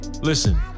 Listen